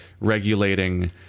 regulating